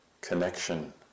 connection